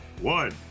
one